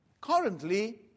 Currently